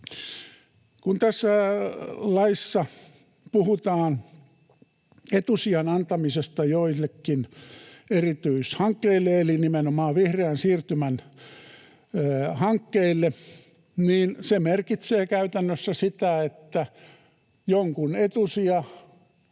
Kun tässä laissa puhutaan etusijan antamisesta joillekin erityishankkeille, eli nimenomaan vihreän siirtymän hankkeille, niin se merkitsee käytännössä sitä, että jonkun etusija